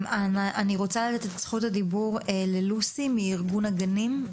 אני רוצה לתת את זכות הדיבור ללוסי מארגון הגנים,